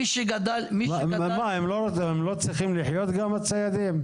הם לא צריכים לחיות, הציידים?